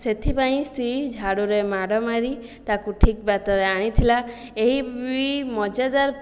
ସେଥିପାଇଁ ସ୍ତ୍ରୀ ଝାଡ଼ୁରେ ମାଡ଼ ମାରି ତାକୁ ଠିକ୍ ବାଟରେ ଆଣିଥିଲା ଏହି ବି ମଜାଦାର